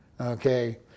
Okay